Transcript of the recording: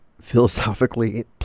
philosophically